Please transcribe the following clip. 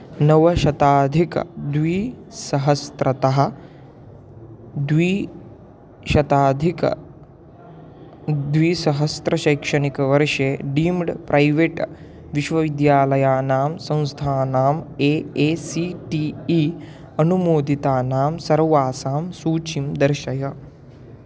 नवशताधिकद्वुसहस्त्रतः द्विशताधिकद्विसहस्त्रशैक्षणिकवर्षे deemed private विश्वविद्यालयानां संस्थानाम् A A C T E अनुमोदितानां सर्वासां सूचीं दर्शय